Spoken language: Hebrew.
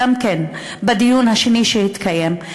בדיון השני שהתקיים,